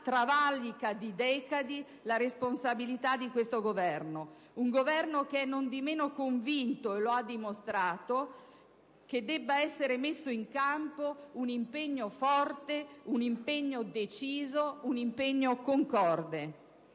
travalica di decadi la responsabilità di questo Governo: un Governo che è nondimeno convinto, e lo ha dimostrato, che debba essere messo in campo un impegno forte, un impegno deciso, un impegno concorde.